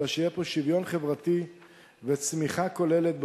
אלא שיהיה פה שוויון חברתי ותהיה צמיחה כוללת במשק.